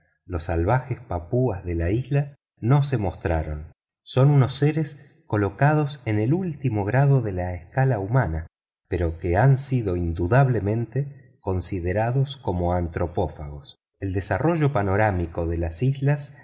los salvajes papúas de la isla no se mostraron son unos seres colocados en el último grado de la escala humana pero que han sido indudablemente considerados como antropófagos el desarrollo panorámico de las islas